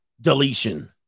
deletion